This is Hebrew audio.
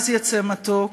מעז יצא מתוק,